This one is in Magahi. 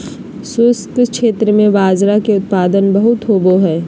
शुष्क क्षेत्र में बाजरा के उत्पादन बहुत होवो हय